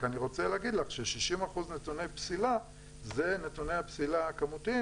רק אני רוצה להגיד לך ש-60% נתוני פסילה אלה נתוני הפסילה הכמותיים